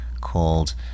Called